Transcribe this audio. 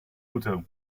auto